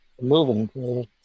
moving